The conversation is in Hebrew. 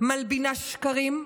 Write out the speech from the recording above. מלבינה שקרים,